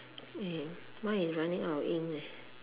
mm mine is running out of ink ah